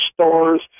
stores